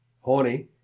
Horny